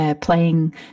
Playing